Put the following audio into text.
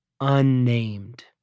unnamed